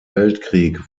weltkrieg